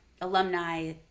alumni